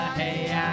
hey